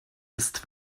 ist